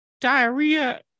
diarrhea